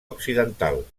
occidental